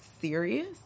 serious